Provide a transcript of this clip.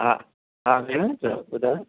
हा हा भेण चओ ॿुधायो